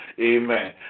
Amen